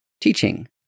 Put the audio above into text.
teaching